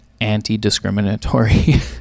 anti-discriminatory